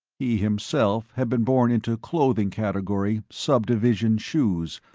he himself had been born into clothing category, sub-division shoes,